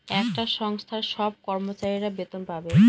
একটা সংস্থার সব কর্মচারীরা বেতন পাবে